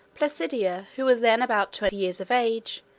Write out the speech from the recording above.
placidia, who was then about twenty years of age,